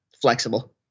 flexible